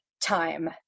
time